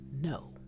no